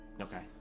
Okay